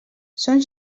són